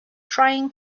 trying